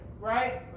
right